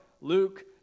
Luke